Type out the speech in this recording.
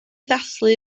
ddathlu